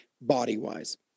body-wise